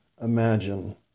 imagine